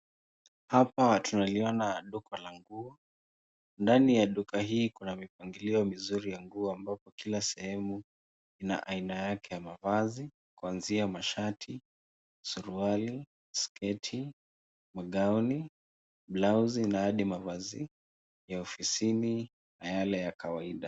Hapa tunaliona duka la nguo. Ndani ya duka hii kuna mipangilio mizuri ya nguo ambapo kila sehemu ina aina yake ya mavazi kuanzia mashati, suruali, sketi, magauni, blauzi na hadi mavazi ya ofisini na yale ya kawaida.